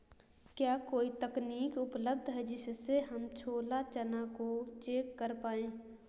क्या कोई तकनीक उपलब्ध है जिससे हम छोला चना को चेक कर पाए?